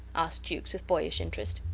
asked jukes with boyish interest.